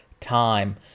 time